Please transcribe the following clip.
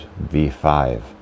V5